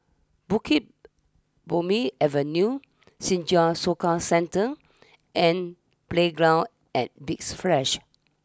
Bukit Purmei Avenue Senja Soka Centre and Playground at Big Splash